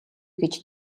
гэж